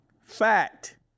Fact